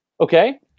okay